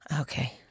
Okay